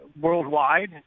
worldwide